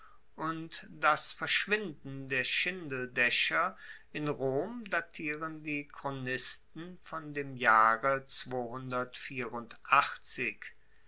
und das verschwinden der schindeldaecher in rom datieren die chronisten von dem jahre